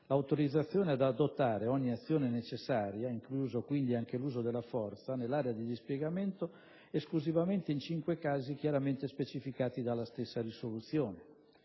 autorizzava UNIFIL ad adottare «ogni azione necessaria» (incluso quindi anche l'uso della forza) nell'area di dispiegamento esclusivamente in cinque casi chiaramente specificati dalla stessa risoluzione: